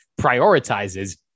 prioritizes